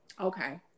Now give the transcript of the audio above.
Okay